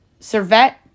Servette